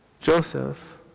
Joseph